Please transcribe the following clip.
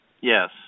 Yes